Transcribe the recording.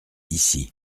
ici